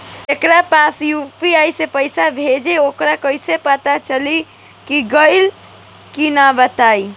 जेकरा पास यू.पी.आई से पईसा भेजब वोकरा कईसे पता चली कि गइल की ना बताई?